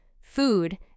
food